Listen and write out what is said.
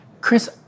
Chris